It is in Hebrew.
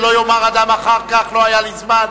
שלא יאמר אדם אחר כך: לא היה לי זמן.